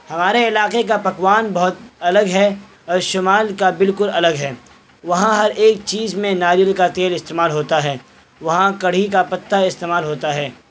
ہمارے علاقے کا پکوان بہت الگ ہے اور شمال کا بالکل الگ ہے وہاں ہر ایک چیز میں ناریل کا تیل استعمال ہوتا ہے وہاں کڑھی کا پتا استعمال ہوتا ہے